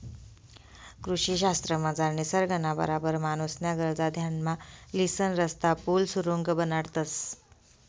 कृषी शास्त्रमझार निसर्गना बराबर माणूसन्या गरजा ध्यानमा लिसन रस्ता, पुल, सुरुंग बनाडतंस